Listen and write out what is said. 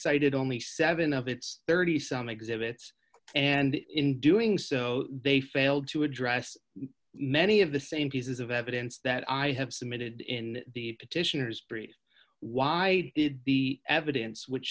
cited only seven of its thirty some exhibits and in doing so they failed to address many of the same pieces of evidence that i have submitted in the petitioners breed why did the evidence which